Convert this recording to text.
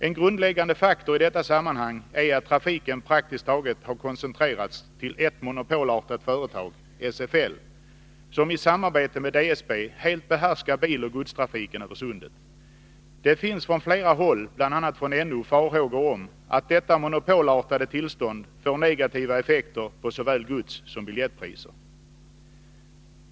En grundläggande faktor i detta sammanhang är att trafiken praktiskt taget har koncentrerats till ett monopolartat företag, SFL, som i samarbete med DSB helt behärskar biloch godstrafiken över sundet. Det finns från flera håll, bl.a. från NO, farhågor för att detta monopolartade tillstånd får negativa effekter på såväl godssom biljettpriser.